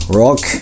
rock